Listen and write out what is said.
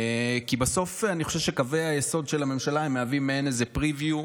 אני חושב שבסוף קווי היסוד של הממשלה מהווים מעין preview,